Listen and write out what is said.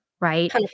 Right